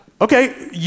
okay